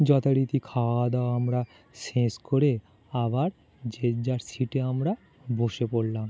যথারীতি খাওয়া দাওয়া আমরা শেষ করে আবার যে যার সিটে আমরা বসে পড়লাম